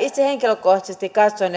itse henkilökohtaisesti katson